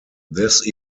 this